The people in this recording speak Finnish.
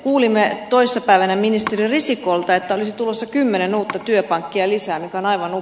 kuulimme toissapäivänä ministeri risikolta että olisi tulossa kymmenen uutta työpankkia lisää on anonut